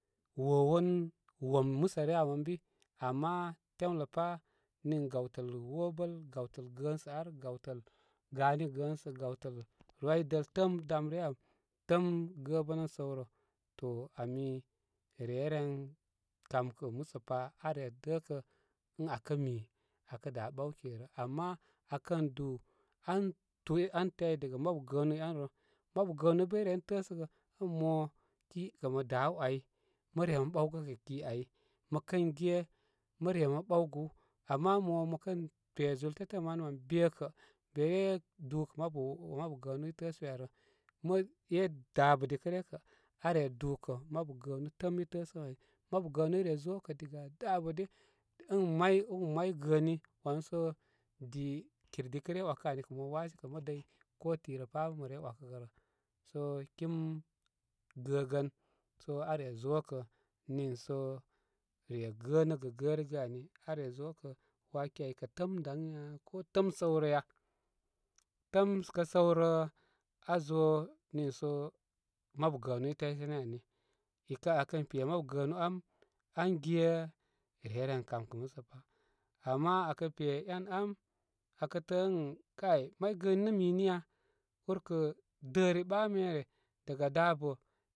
Wowon wom musə ryə am ə bi ama temləpa nin gawtəl wobəl gəənsə ar, gawtəl gani gəəsə, gawtəl, rwidəl təəm dam ryə am, təəm gəə bənəm səw rə. To amireye ren kamkə musə pa da re təə kə ən aa kə mi aa kə daa ɓawki ai rə. Ama aa kən dú an tú an tey diga mabu gəənúú enú rə. Mabu gəənu bə i ren təəsəgə ən moki kə mə daw ai mə re mə ɓaw kə ki ai. Mə kən ge mə re mə ɓaw gú. Ama mo mə kən pe zul tetə manə mən be kə be dúkə mabu-mabu gəənu i təə be rə. Ma é dabədikə ryə kə aa re dúkə mabu gəənu təəm i təə səm ai. Mabu gəənu ire zo kə diga dabə da ən may-may gəəni wanu sə di kər dikə ryə wakə ani kə mo waashe kə mə dəy ko tirə pá bə mə re wakəgərə. So kim gəgən so aare zo kə nin so re gənəgə gərigə ani. Arezokə waa ki aikə təəm daŋ ya ko təəm səw rə ya? Təəm kə səw rə aa zonii so gəənu i təysene ani ikə aa kən pe mabu am an ge re ye ren kam kə musə pa. Ama aa kə pe en ám aa kə təə ən, kay may gəəni nə mi niya? Ur kə dəri ɓa mere, diga dabə.